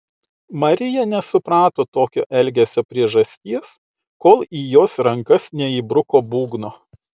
marija nesuprato tokio elgesio priežasties kol į jos rankas neįbruko būgno